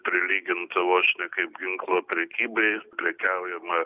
prilyginta vos ne kaip ginklo prekybai prekiaujama